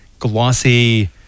Glossy